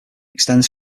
extends